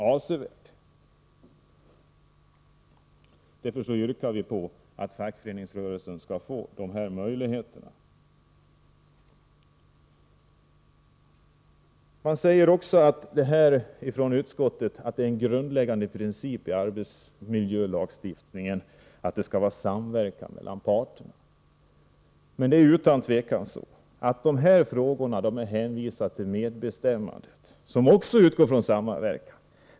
Därför yrkar vi att fackföreningsrörelsen skall få de möjligheter som vi föreslagit. Från utskottets sida säger man att en grundläggande princip i arbetsmiljölagstiftningen är samverkan mellan parterna. Men det är utan tvivel så att man i dessa frågor är hänvisad till medbestämmande, som utgår från samma principer.